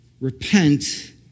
repent